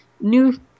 new